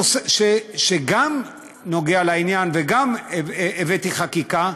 שגם נוגע לעניין וגם בו הבאתי חקיקה,